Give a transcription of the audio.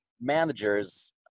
managers